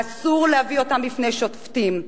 אסור להביא אותם בפני שופטים.